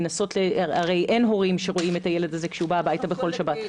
הרי אין הורים שרואים את הילד הזה כשהוא בא הביתה בכל שבת,